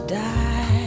die